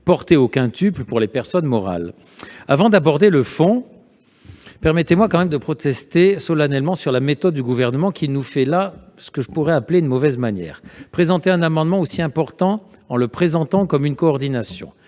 portés au quintuple pour les personnes morales. Avant d'aborder le fond, permettez-moi de protester solennellement sur la méthode du Gouvernement qui nous fait ce que je pourrais appeler une mauvaise manière. Déposer un amendement aussi important en le présentant comme un amendement